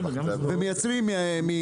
ומייצרים מרמת צבי.